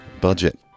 budget